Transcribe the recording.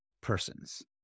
persons